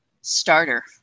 starter